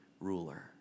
ruler